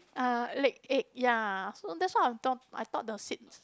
uh leg ache ya so that's what I thou~ I thought the sit